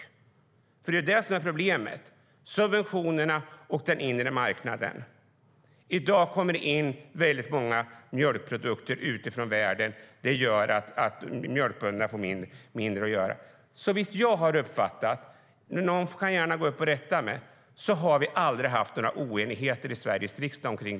Det är ju det som är problemet: subventionerna och den inre marknaden. I dag kommer det in väldigt många mjölkprodukter utifrån, vilket gör att mjölkbönderna får mindre att göra. Såvitt jag har uppfattat det - någon kan gärna gå upp och rätta mig - har vi aldrig haft några oenigheter i Sveriges riksdag om detta.